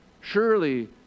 Surely